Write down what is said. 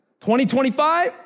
2025